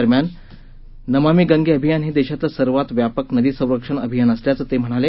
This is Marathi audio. दरम्यान नमामी गंगे अभियान हे देशातलं सर्वात व्यापक नदी संरक्षण अभियान असल्याचं ते म्हणाले